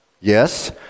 Yes